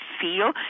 feel